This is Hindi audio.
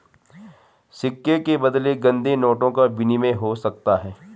सिक्के के बदले गंदे नोटों का विनिमय हो सकता है